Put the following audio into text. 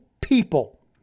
people